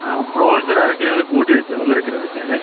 ആ പ്രോൺസ് ഒരു അര കിലോയും കൂട്ടി വെച്ചോ ഒന്നര കിലോ വെച്ചേരേ